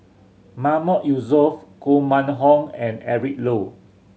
Mahmood Yusof Koh Mun Hong and Eric Low